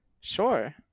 Sure